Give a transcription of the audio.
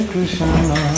Krishna